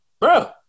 bro